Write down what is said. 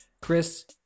Chris